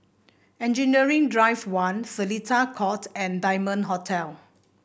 Engineering Drive One Seletar Court and Diamond Hotel